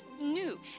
new